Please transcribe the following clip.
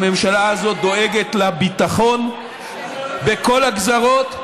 הממשלה הזאת דואגת לביטחון בכל הגזרות,